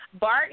Bart